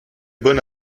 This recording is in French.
bon